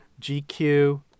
GQ